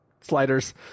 sliders